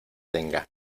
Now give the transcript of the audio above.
tenga